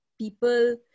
people